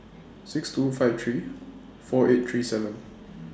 six two five three four eight three seven